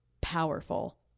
powerful